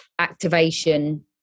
activation